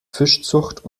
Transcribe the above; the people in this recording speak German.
fischzucht